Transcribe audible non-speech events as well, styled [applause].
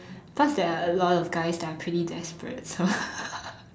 plus there are a lot of guys are pretty desperate so [laughs]